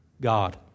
God